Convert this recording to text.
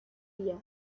días